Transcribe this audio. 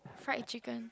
fried chicken